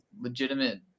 legitimate